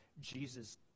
Jesus